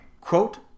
Quote